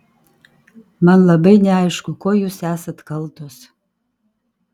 man labai neaišku kuo jūs esat kaltos